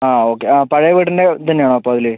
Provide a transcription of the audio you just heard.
ആ ഓക്കെ ആ പഴയ വീടിൻ്റെ ഇതന്നെ ആണോ അപ്പം അതിൽ